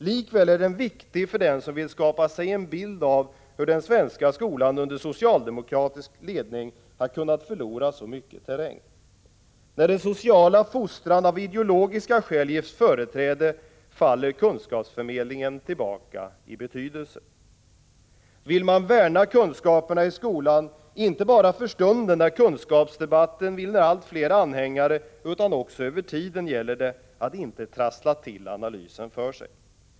Likväl är den viktig för den som vill skapa sig en bild av hur den svenska skolan under socialdemokratisk ledning har kunnat förlora så mycket terräng. När den sociala fostran av ideologiska skäl ges företräde faller kunskapsförmedlingen tillbaka i betydelse. Vill man värna kunskaperna i skolan inte bara för stunden, när kunskapsdebatten vinner allt flera anhängare, utan också över tiden, gäller det att inte trassla till analysen.